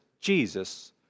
Jesus